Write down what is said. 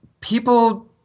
people